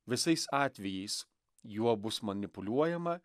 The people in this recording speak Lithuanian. visais atvejais juo bus manipuliuojama